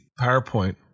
powerpoint